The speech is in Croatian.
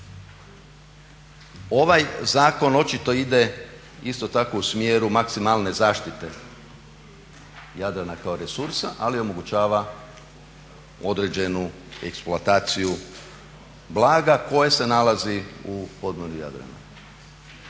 Ovaj zakon očito ide isto tako u smjeru maksimalne zaštite Jadrana kao resursa ali omogućava određenu eksploataciju blaga koje se nalazi u podmorju Jadrana.